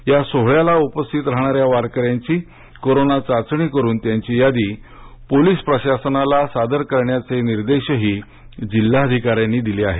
या सोहोळ्याला उपस्थित राहणाऱ्या वारकऱ्यांची कोरोना चाचणी करुन त्यांची यादी पोलीस प्रशासनाला सादर करण्याचे निर्देशही जिल्हाधिकाऱ्यांनी दिले आहेत